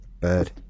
bird